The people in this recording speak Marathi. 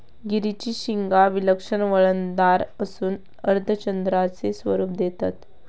गिरीची शिंगा विलक्षण वळणदार असून अर्धचंद्राचे स्वरूप देतत